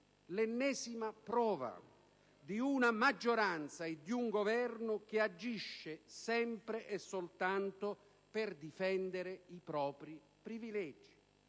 L'ennesima prova di una maggioranza e di un Governo che agiscono sempre e soltanto per difendere i propri privilegi.